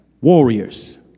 Warriors